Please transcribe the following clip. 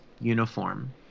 uniform